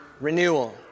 renewal